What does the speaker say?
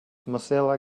mozilla